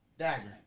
Dagger